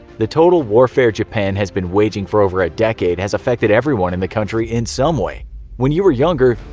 the total warfare japan has been waging for over a decade has affected everyone in the country in some way when you were younger,